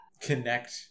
connect